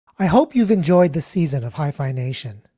i hope you've enjoyed the season of hyphenation.